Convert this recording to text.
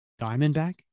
Diamondback